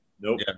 Nope